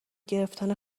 گرفتن